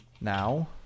now